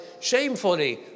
shamefully